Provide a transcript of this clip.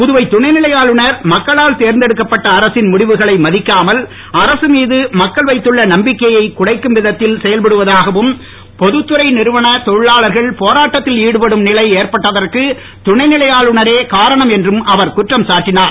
புதுவை துணை நிலை ஆளுநர் மக்களால் தேர்ந்தெடுக்கப்பட்ட அரசின் முடிவுகளை மதிக்காமல் அரசு மீது மக்கள் வைத்துள்ள நம்பிக் கையை விதத்தில் செயல்படுவதாகவும் குலைக்கும் பொதுத்துறை நிறுவனத்தெரழிலாளர்கள் போராட்டத்தில் ஈடுபடும் நிலை ஏற்பட்டதற்கு துணைநிலை ஆளுநரே காரணம் என்றும் அவர் குற்றம் சாட்டினார்